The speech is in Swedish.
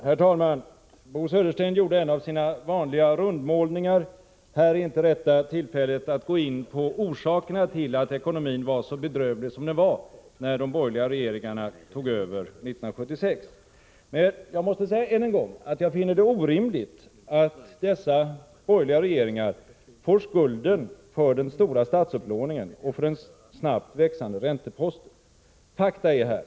Herr talman! Bo Södersten gjorde en av sina vanliga rundmålningar. Här är inte rätta tillfället att gå in på orsakerna till att ekonomin var så bedrövlig som den var när de borgerliga partierna tog över 1976. Jag måste än en gång säga att jag finner det orimligt att dessa borgerliga regeringar ges hela skulden för den stora statsupplåningen och för den snabbt växande ränteposten. Fakta är följande.